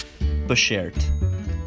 beshert